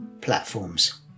platforms